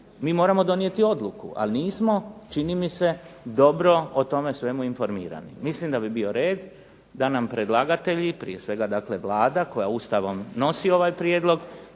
mi moramo donijeti odluku. Ali nismo, čini mi se, dobro o tome svemu informirani. Mislim da bi bio red da na nam predlagatelj i prije svega Vlada koja Ustavom nosi ovaj prijedlog